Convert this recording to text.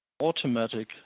automatic